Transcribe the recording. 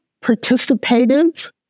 participative